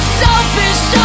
selfish